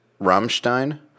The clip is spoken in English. Rammstein